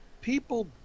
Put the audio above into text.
people